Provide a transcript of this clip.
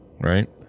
right